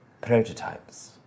Prototypes